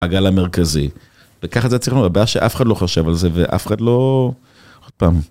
הגל המרכזי. וככה זה צריך להיות, הבעיה שאף אחד לא חושב על זה ואף אחד לא... עוד פעם.